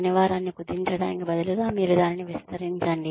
పని వారాన్ని కుదించడానికి బదులుగా మీరు దానిని విస్తరించండి